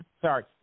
Sorry